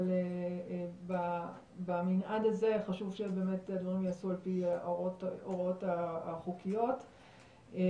אבל במנעד הזה חשוב שהדברים ייעשו על פי ההוראות החוקיות ובהתאם